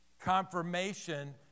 confirmation